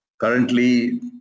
Currently